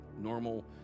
normal